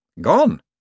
Gone